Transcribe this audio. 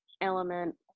element